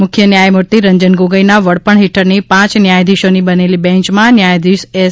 મુખ્ય ન્યાયમૂર્તિ રંજન ગોગોઇના વડપણ હેઠળની પાંચ ન્યાયાધિશોની બનેલી બેંચમાં ન્યાયાધિશ એસ